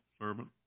servant